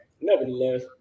nevertheless